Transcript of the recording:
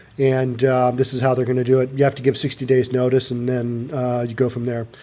and this is how they're going to do it. you have to give sixty days notice and then you go from there.